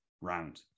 round